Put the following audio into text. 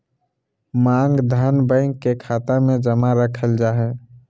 मांग धन, बैंक के खाता मे जमा रखल जा हय